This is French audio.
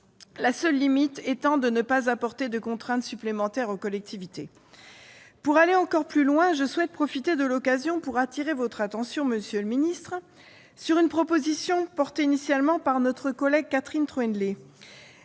la seule limite étant de ne pas apporter de contrainte supplémentaire aux collectivités. Pour aller encore plus loin, je souhaite profiter de l'occasion pour attirer votre attention, monsieur le secrétaire d'État, sur une proposition portée initialement par notre collègue Catherine Troendlé.